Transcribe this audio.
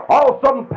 awesome